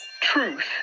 Truth